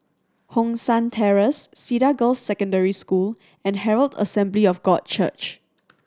Hong San Terrace Cedar Girls' Secondary School and Herald Assembly of God Church